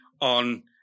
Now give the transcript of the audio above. on